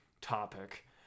topic